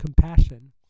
compassion